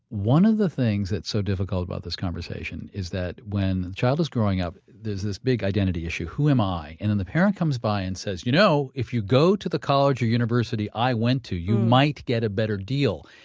one of the things that's so difficult about this conversation is that when the child is growing up, there's this big identity issue. who am i? and and the parent comes by and says you know, if you go to the college or university i went to, you might get a better deal.